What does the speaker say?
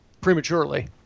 prematurely